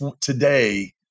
today